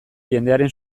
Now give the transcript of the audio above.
jendearen